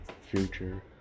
Future